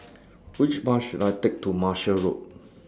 Which Bus should I Take to Martia Road